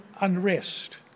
unrest